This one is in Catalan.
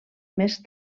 més